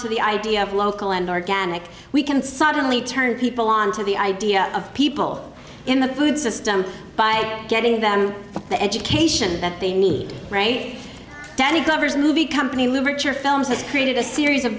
to the idea of local and organic we can suddenly turn people on to the idea of people in the food system by getting the education that they need great danny covers movie company literature films has created a series of